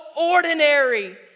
ordinary